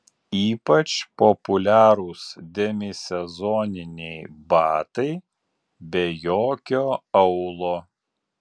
ypač populiarūs demisezoniniai batai be jokio aulo